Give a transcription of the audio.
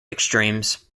extremes